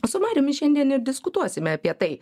su mariumi šiandien ir diskutuosime apie tai